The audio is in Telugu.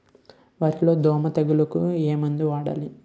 వరిలో దోమ తెగులుకు ఏమందు వాడాలి?